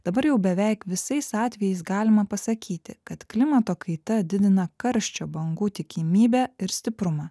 dabar jau beveik visais atvejais galima pasakyti kad klimato kaita didina karščio bangų tikimybę ir stiprumą